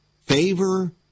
favor